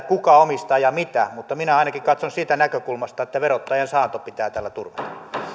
kuka omistaa ja mitä mutta minä ainakin katson siitä näkökulmasta että verottajan saanto pitää tällä turvata